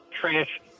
trash